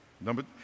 Number